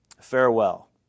Farewell